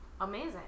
amazing